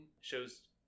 shows